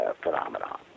phenomenon